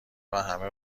وهمه